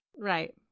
Right